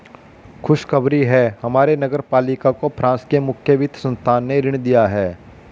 खुशखबरी है हमारे नगर पालिका को फ्रांस के मुख्य वित्त संस्थान ने ऋण दिया है